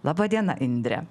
laba diena indre